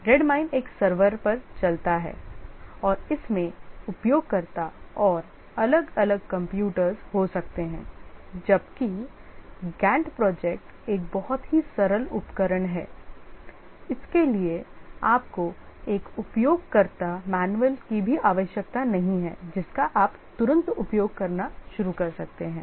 Redmine एक server पर चलता है और इसमें उपयोगकर्ता और अलग अलग कंप्यूटर हो सकते हैं जबकि Gantt प्रोजेक्ट एक बहुत ही सरल उपकरण है इसके लिए आपको एक उपयोगकर्ता मैनुअल की भी आवश्यकता नहीं है जिसका आप तुरंत उपयोग करना शुरू कर सकते हैं